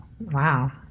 Wow